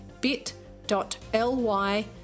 bit.ly